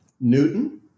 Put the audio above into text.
Newton